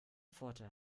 vorteil